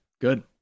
Good